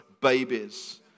Babies